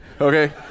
okay